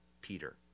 Peter